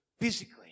physically